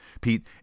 Pete